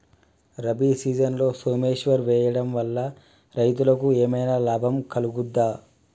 రబీ సీజన్లో సోమేశ్వర్ వేయడం వల్ల రైతులకు ఏమైనా లాభం కలుగుద్ద?